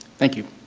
thank you.